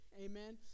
Amen